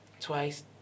twice